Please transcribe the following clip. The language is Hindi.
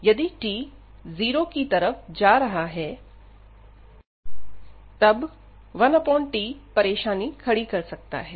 यदि t जीरो की तरह जा रहा है तब 1t परेशानी खड़ी कर सकता है